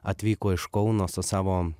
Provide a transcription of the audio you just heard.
atvyko iš kauno su savo